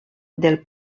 del